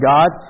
God